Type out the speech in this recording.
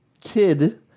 kid